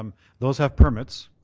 um those have permits.